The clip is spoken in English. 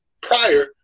prior